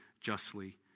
justly